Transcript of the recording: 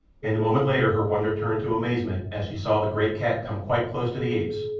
and a moment later her wonder turned to amazement as she saw the great cat come quite close to the apes,